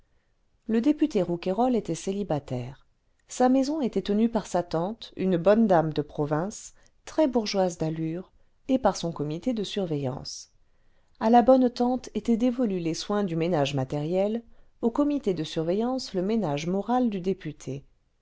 le député rouquayrol était célibataire sa maison était tenue par sa tante une bonne dame de province très bourgeoise d'allures et par son comité cle surveillance a la bonne tante étaient dévolus les soins du ménage matériel au comité de surveillance le ménage moral du député